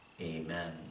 Amen